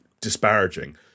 disparaging